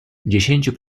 dziesięciu